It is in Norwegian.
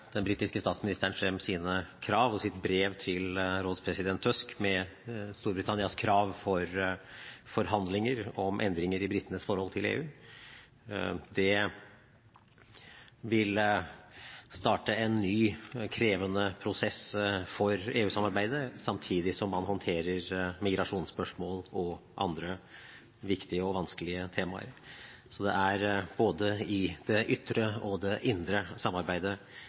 den britiske statsministeren frem sine krav og sitt brev til rådspresident Tusk med Storbritannias krav til forhandlinger om endringer i britenes forhold til EU. Det vil starte en ny krevende prosess for EU-samarbeidet, samtidig som man håndterer migrasjonsspørsmål og andre viktige og vanskelige temaer. Så det er både i det ytre og det indre samarbeidet